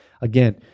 Again